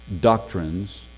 doctrines